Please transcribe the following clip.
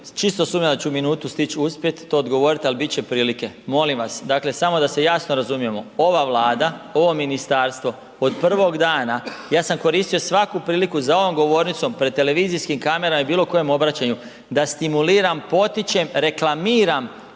čisto sumnjam da ću u minutu stić uspjet to odgovorit, ali bit će prilike. Molim vas dakle samo da se jasno razumijemo, ova Vlada, ovo ministarstvo od prvog dana, ja sam koristio svaku priliku za ovom govornicom, pred televizijskim kamerama i bilo kojem obraćanju da stimuliram potičem, reklamiram